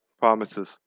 promises